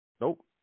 Nope